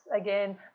again